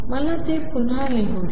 मला ते पुन्हा लिहू द्या